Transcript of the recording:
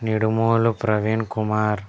Nidumolu Praveen Kumar